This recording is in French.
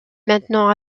maintenant